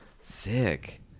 sick